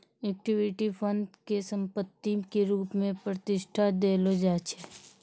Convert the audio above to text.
equity fund के संपत्ति के रुप मे प्रतिष्ठा देलो जाय छै